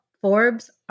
Forbes